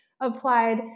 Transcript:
applied